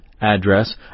address